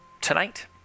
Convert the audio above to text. tonight